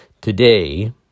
Today